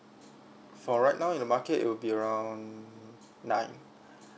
for right now in the market it will be around nine